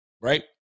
right